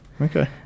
Okay